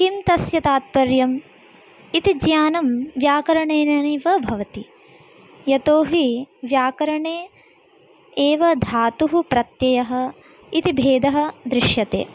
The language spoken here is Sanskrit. किं तस्य तात्पर्यम् इति ज्ञानं व्याकरणेनैव भवति यतोहि व्याकरणे एव धातुः प्रत्ययः इति भेदः दृश्यते